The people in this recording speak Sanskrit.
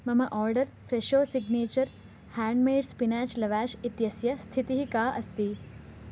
मम order Fresho signature hand made spinach lavash इत्यस्य स्थितिः का अस्ति